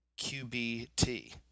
QBT